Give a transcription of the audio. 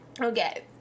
Okay